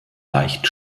leicht